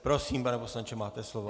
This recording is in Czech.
Prosím, pane poslanče, máte slovo.